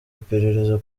iperereza